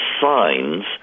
signs